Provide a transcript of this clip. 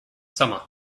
summer